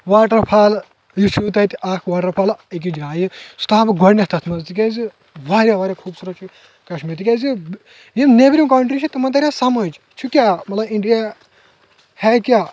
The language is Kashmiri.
واٹر فال یُس چھُ تیتہِ اکھ واٹر فالہ أکِس جایہِ سہُ تھاوٕہَن بہٕ گۄڈٕنِتھ تتھ منٛز تِکیازِ واریاہ واریاہ خُوبصُورت چھِ یہِ کشمیر تِکیازِ یِم نیٚبرِم کنٹرۍ چھِ تِمَن تَرہےٚ سمجھ چھُ کیاہ مطلب اِنڈیا ہے کیا